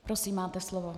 Prosím, máte slovo.